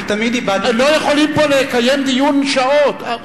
אני תמיד, לא יכולים לקיים פה דיון שעות.